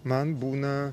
man būna